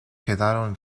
quedaron